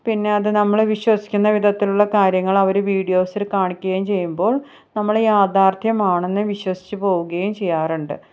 പിന്നെ അതു നമ്മൾ വിശ്വസിക്കുന്ന വിധത്തിലുള്ള കാര്യങ്ങളവർ വീഡ്യോസിൽ കാണിക്കുകയും ചെയ്യുമ്പോൾ നമ്മൾ ഈ യാഥാർഥ്യമാണെന്ന് വിശ്വസിച്ച് പോവുകയും ചെയ്യാറുണ്ട്